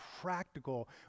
practical